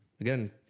again